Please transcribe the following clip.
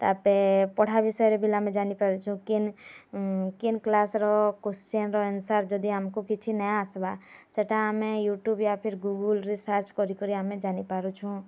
ତାପରେ ପଢ଼ା ବିଷୟରେ ବି ଆମେ ଜାନି ପାରୁଛୁଁ କିନ୍ କିନ୍ କ୍ଲାସ୍ର କୋଶ୍ଚିନ୍ର ଆନ୍ସର୍ ନା ଆସ୍ବା ସେଟା ଆମେ ୟୁଟ୍ୟୁବ୍ରୁ ୟା ଫିର୍ ଗୁଗୁଲ୍ରୁ ସର୍ଚ୍ଚ କରି କରି ଆମେ ଜାନି ପାରୁଛୁଁ